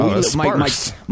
Sparks